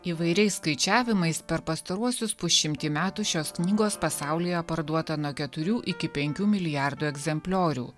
įvairiais skaičiavimais per pastaruosius pusšimtį metų šios knygos pasaulyje parduota nuo keturių iki penkių milijardų egzempliorių